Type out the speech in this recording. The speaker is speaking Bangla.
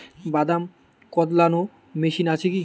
বাদাম কদলানো মেশিন আছেকি?